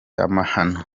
amahano